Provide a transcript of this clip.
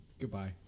Goodbye